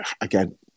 again